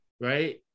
right